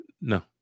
No